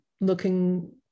looking